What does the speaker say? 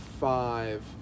five